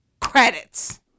credits